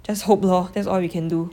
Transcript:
just hope lor that's all we can do